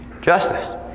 Justice